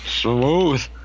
smooth